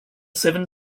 seven